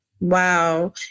Wow